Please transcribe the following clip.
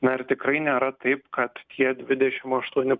na ir tikrai nėra taip kad tie dvidešim aštuoni